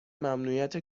ممنوعیت